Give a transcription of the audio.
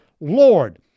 Lord